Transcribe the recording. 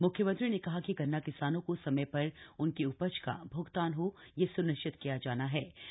म्ख्यमंत्री ने कहा कि गन्ना किसानों को समय प्र उनकी उप्ज का भ्गतान हो यह स्निश्चित किया जाना चाहिए